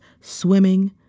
swimming